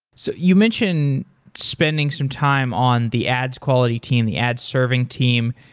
so you mentioned spending some time on the ads quality team, the ad serving team,